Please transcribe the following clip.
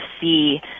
see